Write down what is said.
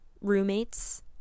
roommates